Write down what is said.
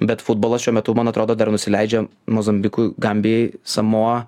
bet futbolas šiuo metu man atrodo dar nusileidžia mozambikui gambijai samoa